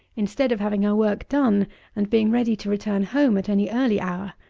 instead of having her work done and being ready to return home at any early hour.